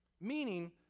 Meaning